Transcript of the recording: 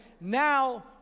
Now